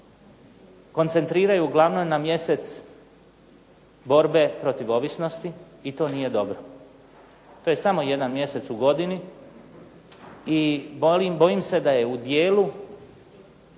koncentriraju uglavnom na mjesec borbe protiv ovisnosti i to nije dobro. To je samo jedan mjesec u godini i bojim se da je u djelu